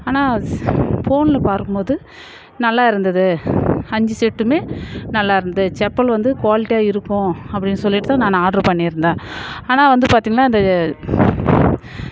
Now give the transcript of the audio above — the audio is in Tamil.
ஆனால் ஃபோனில் பார்க்கும்போது நல்லாயிருந்துது அஞ்சு செட்டும் நல்லாயிருந்துது செப்பல் வந்து குவாலிட்டியாக இருக்கும் அப்படினு சொல்லிவிட்டு தான் நான் ஆர்டர் பண்ணிருந்தேன் ஆனால் வந்து பார்த்திங்கனா இந்த